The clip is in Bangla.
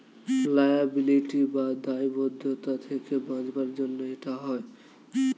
লায়াবিলিটি বা দায়বদ্ধতা থেকে বাঁচাবার জন্য এটা হয়